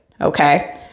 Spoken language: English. Okay